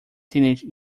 teenage